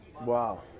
Wow